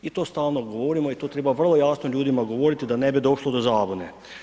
I to stalno govorimo i to treba vrlo jasno ljudima govoriti da ne bi došlo do zabune.